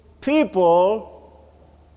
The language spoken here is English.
People